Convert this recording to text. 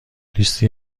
لیستی